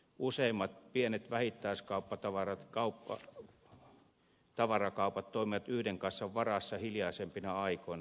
useimmat pienet vähittäistavarakaupat toimivat yhden kassan varassa hiljaisempina aikoina